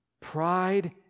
Pride